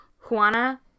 Juana